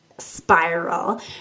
spiral